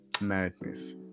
madness